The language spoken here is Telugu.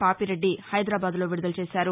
పావిరెడ్డి హైదరాబాద్లో విడుదల చేశారు